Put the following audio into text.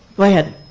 go ahead.